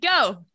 go